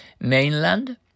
mainland